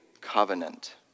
covenant